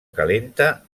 calenta